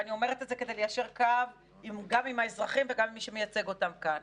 ואני אומרת את זה כדי ליישר קו גם עם האזרחים וגם עם מי שמייצג אותם כאן